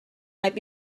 might